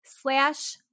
slash